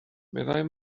meddai